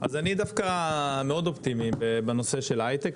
אני מאוד אופטימי בנושא של ההייטק,